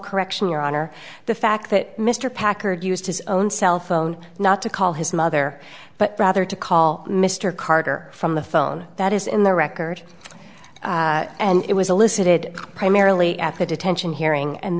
correction your honor the fact that mr packard used his own cell phone not to call his mother but rather to call mr carter from the phone that is in the record and it was elicited primarily at the detention hearing and